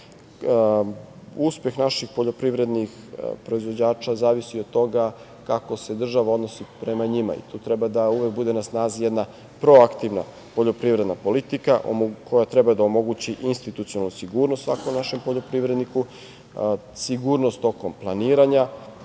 naših poljoprivrednih proizvođača zavisi od toga kako se država odnosi prema njima i tu treba da uvek bude na snazi jedna proaktivna poljoprivredna politika koja treba da omogući institucionalnu sigurnost svakom našem poljoprivredniku, sigurnost tokom planiranja